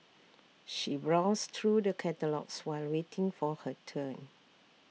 she browsed through the catalogues while waiting for her turn